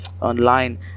online